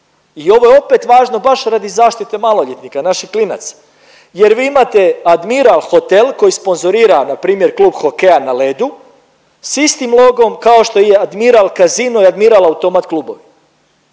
I ovo je opet važno baš radi zaštite maloljetnika, naših klinaca jer vi imate Admiral hotel koji sponzorira npr. klub hokeja na ledu s istim logom kao što je i Admiral kasino i Admiral automat klubovi.